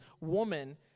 woman